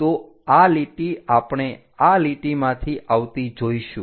તો આ લીટી આપણે આ લીટીમાંથી આવતી જોઇશું